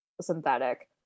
synthetic